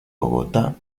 bogotá